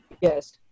yes